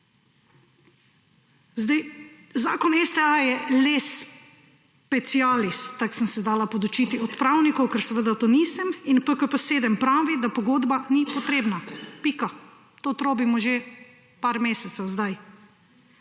Zdaj Zakon o STA je lex specialis, tako sem se dala podučiti od pravnikov, ker seveda to nisem in PKP 7 pravi, da pogodba ni potrebna. Pika. To trobimo že par mesecev zdaj.